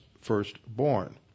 firstborn